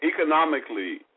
economically